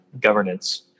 governance